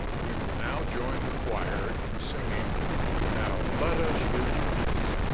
we will now join the choir in singing now let us rejoice.